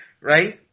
right